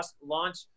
launch